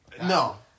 no